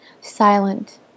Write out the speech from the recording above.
silent